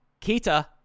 kita